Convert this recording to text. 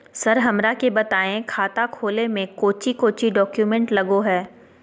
Sir हमरा के बताएं खाता खोले में कोच्चि कोच्चि डॉक्यूमेंट लगो है?